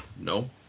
No